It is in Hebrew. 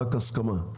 רק הסכמה.